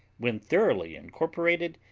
when thoroughly incorporated,